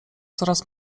coraz